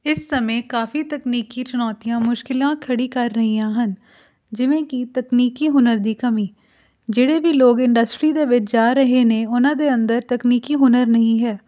ਇਸ ਸਮੇਂ ਕਾਫੀ ਤਕਨੀਕੀ ਚੁਣੌਤੀਆਂ ਮੁਸ਼ਕਿਲਾਂ ਖੜੀ ਕਰ ਰਹੀਆਂ ਹਨ ਜਿਵੇਂ ਕੀ ਤਕਨੀਕੀ ਹੁਨਰ ਦੀ ਕਮੀ ਜਿਹੜੇ ਵੀ ਲੋਕ ਇੰਡਸਟਰੀ ਦੇ ਵਿੱਚ ਜਾ ਰਹੇ ਨੇ ਉਹਨਾਂ ਦੇ ਅੰਦਰ ਤਕਨੀਕੀ ਹੁਨਰ ਨਹੀਂ ਹੈ